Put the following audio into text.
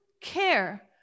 care